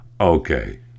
Okay